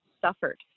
suffered